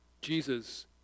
Jesus